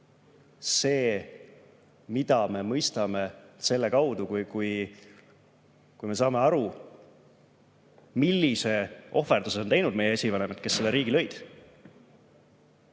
see, mida me mõistame selle kaudu, kui me saame aru, millise ohverduse tegid meie esivanemad, kes selle riigi lõid.